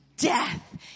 Death